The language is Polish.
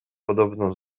podobno